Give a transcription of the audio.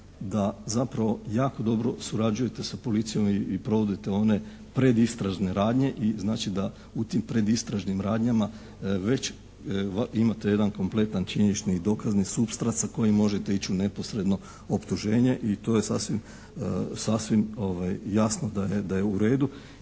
da zapravo jako dobro surađujete sa policijom i provodite one predistražne radnje i znači da ču tim predistražnim radnjama već imate jedan kompletni činjenični dokazni supstrat sa kojim možete ići u neposredno optuženje i to je sasvim jasno da je u redu